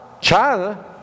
China